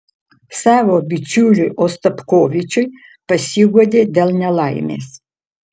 savo bičiuliui ostapkovičiui pasiguodė dėl nelaimės